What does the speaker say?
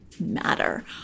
matter